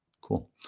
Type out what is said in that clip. Cool